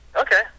Okay